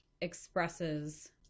expresses